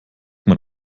man